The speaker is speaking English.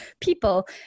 people